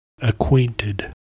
Acquainted